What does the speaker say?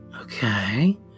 okay